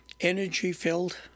energy-filled